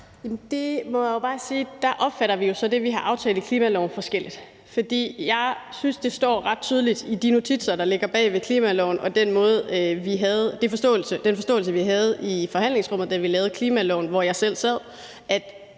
Der må jeg jo så bare sige, at vi opfatter det, som vi har aftalt i klimaloven, forskelligt. For jeg synes, at det af de notitser, der ligger bag ved klimaloven, og den forståelse, vi havde i forhandlingsrummet, da vi lavede klimaloven, hvor jeg selv sad